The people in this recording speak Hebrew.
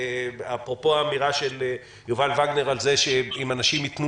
אפרופו האמירה של יובל וגנר על כך שאם אנשים יתנו